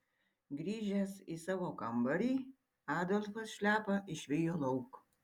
grįžęs į savo kambarį adolfas šliapą išvijo lauk